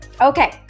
Okay